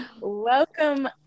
Welcome